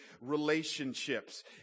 relationships